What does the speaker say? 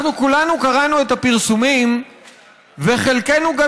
אנחנו כולנו קראנו את הפרסומים וחלקנו גם